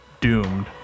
doomed